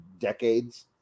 decades